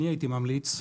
אני הייתי ממליץ,